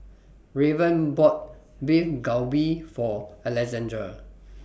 Raven bought Beef Galbi For Alexandr